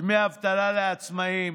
דמי אבטלה לעצמאים,